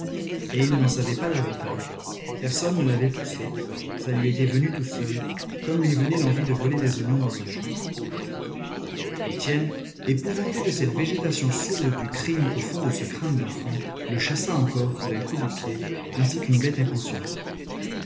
et il n'en savait pas davantage personne ne l'avait poussé ça lui était venu tout seul comme lui venait l'envie de voler des oignons dans un champ étienne épouvanté de cette végétation sourde du crime au fond de ce crâne d'enfant le chassa encore d'un coup de pied ainsi qu'une bête inconsciente